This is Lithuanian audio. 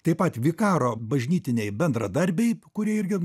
taip pat vikaro bažnytiniai bendradarbiai kurie irgi